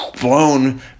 blown